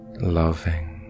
loving